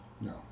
no